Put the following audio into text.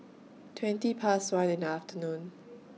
twenty Past one in The afternoon